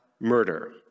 murder